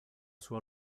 sua